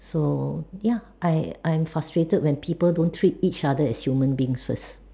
so ya I I'm frustrated when people don't treat each other as human beings first